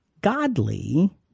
godly